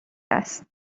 است